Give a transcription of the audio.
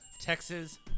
Texas